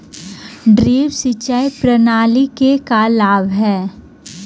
Drip सिंचाई प्रणाली के का लाभ ह?